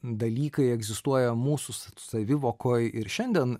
dalykai egzistuoja mūsų savivokoj ir šiandien